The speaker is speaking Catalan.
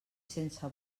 sense